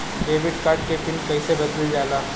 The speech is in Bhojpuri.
डेबिट कार्ड के पिन कईसे बदलल जाला?